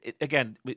Again